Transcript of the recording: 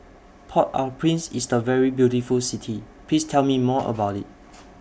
Port Au Prince IS A very beautiful City Please Tell Me More about IT